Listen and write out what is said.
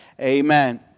Amen